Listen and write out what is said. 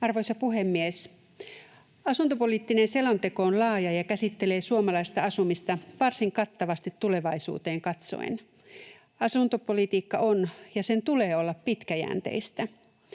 Arvoisa puhemies! Asuntopoliittinen selonteko on laaja ja käsittelee suomalaista asumista varsin kattavasti tulevaisuuteen katsoen. Asuntopolitiikka on ja sen tulee olla pitkäjänteistä.